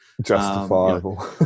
justifiable